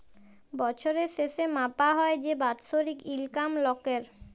বছরের শেসে মাপা হ্যয় যে বাৎসরিক ইলকাম লকের